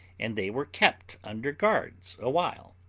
and they were kept under guards a while,